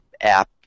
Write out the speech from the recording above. app